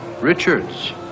richards